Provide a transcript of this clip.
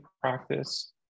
practice